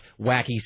wacky